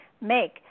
make